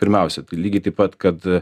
pirmiausia tai lygiai taip pat kad